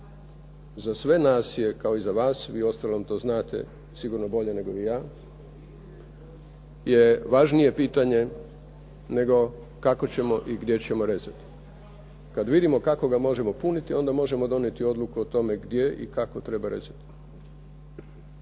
za sve nas je kao i za vas, vi uostalom to znate sigurno bolje nego ja, je važnije pitanje nego kako ćemo i gdje ćemo rezati. Kad vidimo kako ga možemo puniti onda možemo donijeti odluku o tome gdje i kako treba rezati.